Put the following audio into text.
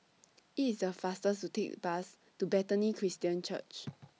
IT IS The fastest to Take The Bus to Bethany Christian Church